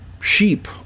sheep